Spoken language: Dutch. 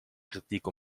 kritiek